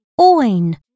Oin